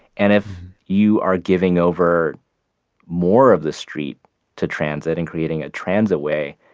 and if you are giving over more of the street to transit and creating a transitway,